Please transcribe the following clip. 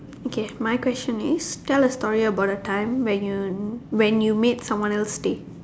okay my question is tell a story about a time when you when you made someone else stay